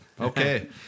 Okay